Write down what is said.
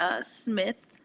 Smith